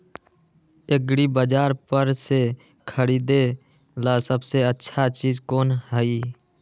एग्रिबाजार पर से खरीदे ला सबसे अच्छा चीज कोन हई?